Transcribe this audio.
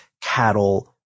cattle